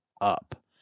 up